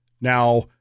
Now